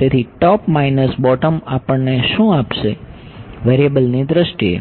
તેથી top minus bottom આપણને શું આપશે વેરિએબલની દ્રષ્ટિએ